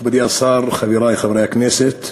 מכובדי השר, חברי חברי הכנסת,